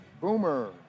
Boomer